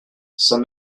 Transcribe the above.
some